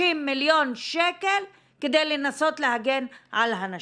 מיליון שקל כדי לנסות להגן על הנשים.